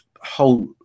whole